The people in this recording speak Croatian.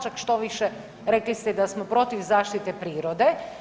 Čak štoviše rekli ste i da smo protiv zaštite prirode.